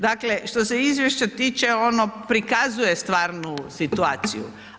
Dakle, što se izvješća tiče, ono prikazuje stvarnu situaciju.